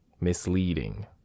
misleading